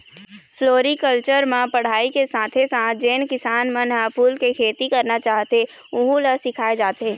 floriculture म पढ़ाई के साथे साथ जेन किसान मन ह फूल के खेती करना चाहथे वहूँ ल सिखाए जाथे